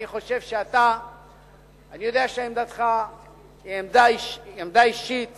אני יודע שעמדתך היא עמדה אישית